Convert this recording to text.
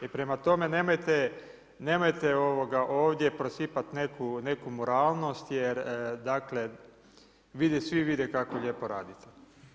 I prema tome, nemojte ovdje prosipati neku moralnost jer dakle svi vide kako lijepo radite.